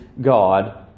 God